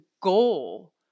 goal